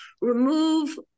remove